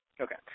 Okay